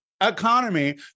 economy